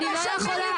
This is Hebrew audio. את שמעת,